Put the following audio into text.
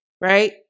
right